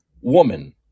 woman